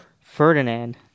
Ferdinand